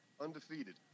Undefeated